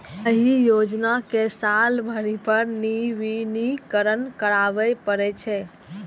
एहि योजना कें साल भरि पर नवीनीकरण कराबै पड़ै छै